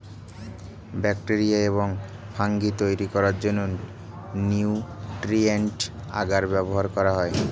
bacteria এবং fungi তৈরি করার জন্য নিউট্রিয়েন্ট আগার ব্যবহার করা হয়